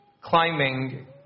climbing